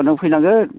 नों फैनांगोन